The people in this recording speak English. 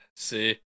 See